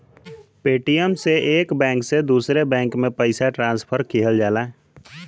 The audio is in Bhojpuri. पेटीएम से एक बैंक से दूसरे बैंक में पइसा ट्रांसफर किहल जाला